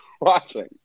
watching